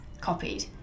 copied